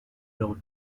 leur